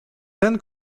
ten